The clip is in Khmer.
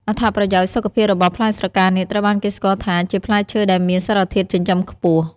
អត្ថប្រយោជន៍សុខភាពរបស់ ផ្លែស្រកានាគត្រូវបានគេស្គាល់ថាជាផ្លែឈើដែលមានសារធាតុចិញ្ចឹមខ្ពស់។